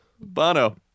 Bono